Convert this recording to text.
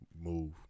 move